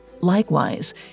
Likewise